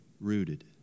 rooted